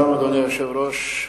אדוני היושב-ראש,